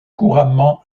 couramment